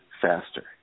faster